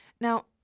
Now